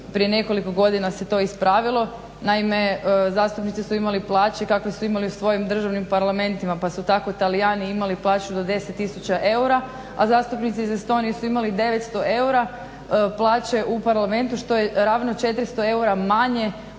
prije nekoliko godina se to ispravilo. Naime, zastupnici su imali plaće kakve su imali u svojim državnim parlamentima pa su tako Talijani imali plaću do 10 tisuća eura, a zastupnici iz Estonije su imali 900 eura plaće u Parlamentu što je ravno 400 eura manje